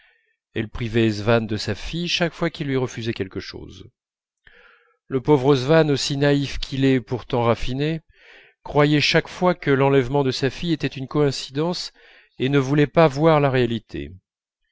elle privait swann de sa fille chaque fois qu'il lui refusait quelque chose le pauvre swann aussi naïf qu'il est pourtant raffiné croyait chaque fois que l'enlèvement de sa fille était une coïncidence et ne voulait pas voir la réalité